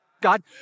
God